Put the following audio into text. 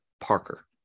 Parker